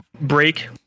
break